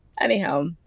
anyhow